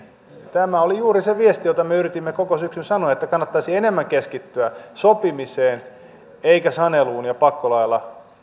tämä oli juuri se viesti jota me yritimme koko syksyn sanoa että kannattaisi enemmän keskittyä sopimiseen eikä saneluun ja pakkolailla uhkailuun